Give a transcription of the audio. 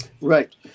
Right